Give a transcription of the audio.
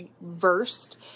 versed